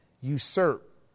usurp